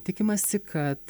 tikimasi kad